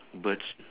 birds